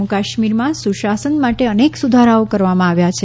જમ્મુ કાશ્મીર જમ્મુ કાશ્મીરમાં સુશાસન માટે અનેક સુધારાઓ કરવામાં આવ્યા છે